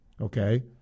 okay